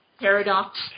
paradox